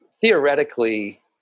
theoretically